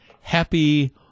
happy